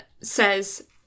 says